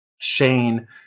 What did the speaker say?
Shane